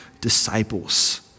disciples